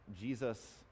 Jesus